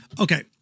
Okay